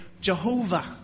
Jehovah